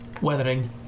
weathering